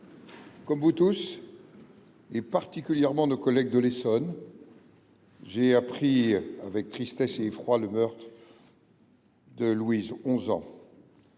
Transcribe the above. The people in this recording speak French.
comme vous tous, et particulièrement nos collègues de l’Essonne, j’ai appris avec tristesse et effroi le meurtre de Louise, 11 ans,